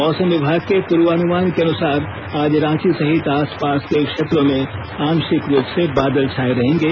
मौसम विभाग के पूर्वानुमान के अनुसार आज रांची सहित आसपास के क्षेत्रों में आंशिक रुप से बादल छाये रहेंगे